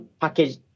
package